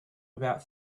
about